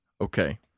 Okay